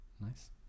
Nice